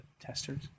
testers